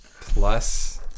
plus